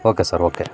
okay sir okay